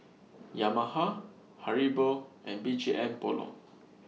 Yamaha Haribo and B G M Polo